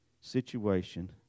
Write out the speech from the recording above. situation